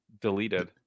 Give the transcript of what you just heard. deleted